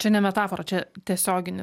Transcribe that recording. čia ne metafora čia tiesioginė